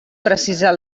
precisar